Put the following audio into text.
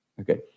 Okay